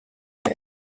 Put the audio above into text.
when